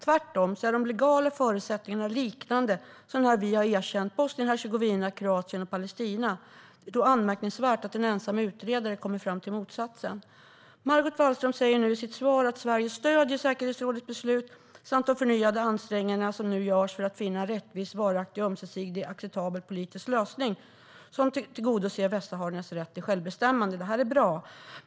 Tvärtom är de legala förutsättningarna liknande dem som funnits när vi har erkänt Bosnien och Hercegovina, Kroatien och Palestina. Det är då anmärkningsvärt att en ensam utredare kommer fram till motsatsen. Margot Wallström säger i sitt svar att Sverige stöder säkerhetsrådets beslut och de förnyade ansträngningar som nu görs för att finna en rättvis, varaktig och ömsesidigt acceptabel politisk lösning som tillgodoser västsahariernas rätt till självbestämmande. Detta är bra.